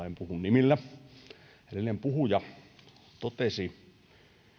en puhu nimillä totesi